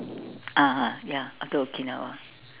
ah ah ya ya after Okinawa